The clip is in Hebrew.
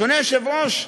אדוני היושב-ראש,